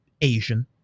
Asian